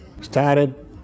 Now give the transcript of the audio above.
started